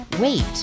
Wait